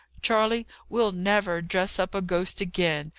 charley, we'll never dress up a ghost again!